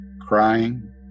crying